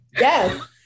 yes